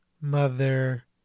Mother